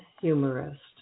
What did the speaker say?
humorist